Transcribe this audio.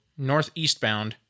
northeastbound